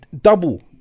double